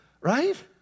right